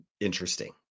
interesting